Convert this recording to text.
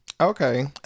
Okay